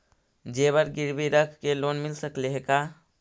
जेबर गिरबी रख के लोन मिल सकले हे का?